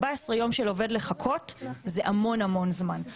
14 יום לעובד לחכות זה המון המון זמן.